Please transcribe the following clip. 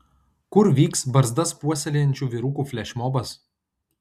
kur vyks barzdas puoselėjančių vyrukų flešmobas